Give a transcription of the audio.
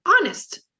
honest